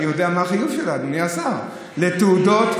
אני יודע מה ההנחיות שלה, אדוני השר, לתעודות,